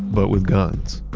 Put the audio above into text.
but with guns.